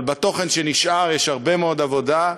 אבל בתוכן שנשאר יש הרבה מאוד עבודה,